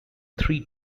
three